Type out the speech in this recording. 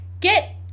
get